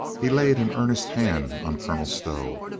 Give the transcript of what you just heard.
he laid an earnest hand on colonel stow.